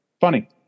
Funny